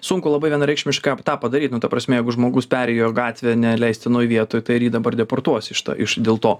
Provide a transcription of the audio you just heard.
sunku labai vienareikšmiškai tą padaryt nu ta prasme jeigu žmogus perėjo gatvę neleistinoj vietoj tai ar jį dabar deportuos iš to iš dėl to